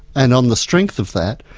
and on the strength of that,